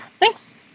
Thanks